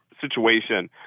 situation